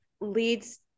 leads